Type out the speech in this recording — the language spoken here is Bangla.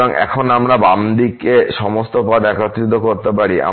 সুতরাং এখন আমরা বাম দিকে সমস্ত পদ একত্রিত করতে পারি